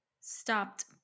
stopped